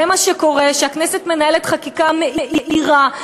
זה מה שקורה כשהכנסת מנהלת חקיקה מהירה,